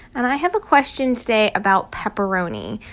and i have a question today about pepperoni.